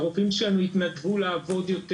הרופאים שלנו התנדבו לעבוד יותר.